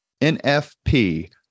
NFP